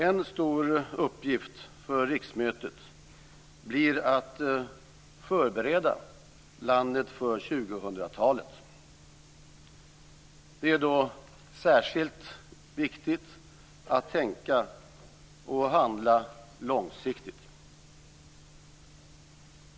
En stor uppgift för riksmötet blir att förbereda landet för 2000-talet. Det är då särskilt viktigt att tänka och handla långsiktigt.